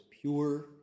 pure